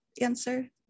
answer